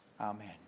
Amen